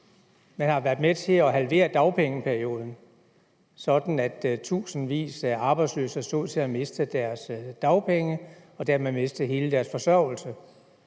Man har været med til at halvere dagpengeperioden, sådan at tusindvis af arbejdsløse stod til at miste deres dagpenge og dermed miste hele deres forsørgelse.